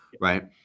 right